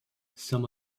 some